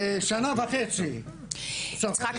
שנה וחצי --- יצחק,